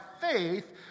faith